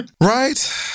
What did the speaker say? Right